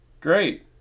Great